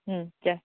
ꯎꯝ ꯌꯥꯏ